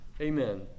Amen